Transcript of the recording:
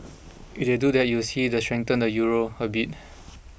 if they do that you would see that strengthen the Euro a bit